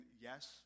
yes